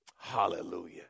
Hallelujah